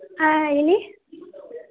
ಹಾಂ ಹೇಳಿ